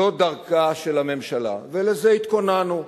זו דרכה של הממשלה ולזה התכוננו.